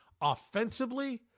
offensively